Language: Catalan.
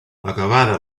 acabada